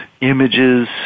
images